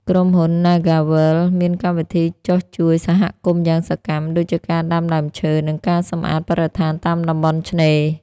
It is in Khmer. ក្រុមហ៊ុន ណាហ្គាវើលដ៍ (NagaWorld) មានកម្មវិធីចុះជួយសហគមន៍យ៉ាងសកម្ម ដូចជាការដាំដើមឈើ និងការសម្អាតបរិស្ថានតាមតំបន់ឆ្នេរ។